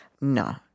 no